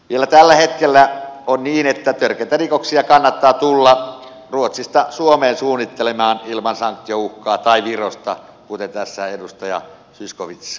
vielä tällä hetkellä on niin että törkeitä rikoksia kannattaa tulla ruotsista suomeen suunnittelemaan ilman sanktiouhkaa tai virosta kuten tässä edustaja zyskowicz kertoi